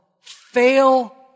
fail